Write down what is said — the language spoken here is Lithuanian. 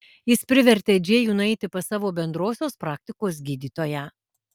jis privertė džėjų nueiti pas savo bendrosios praktikos gydytoją